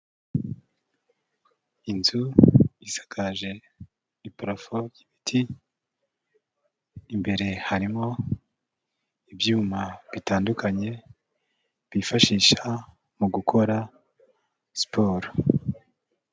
Inzu isakaje iparafo y'ibiti, imbere harimo ibyuma bitandukanye, bifashisha mu gukora siporo.